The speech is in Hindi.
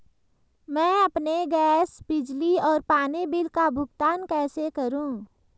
मैं अपने गैस, बिजली और पानी बिल का भुगतान कैसे करूँ?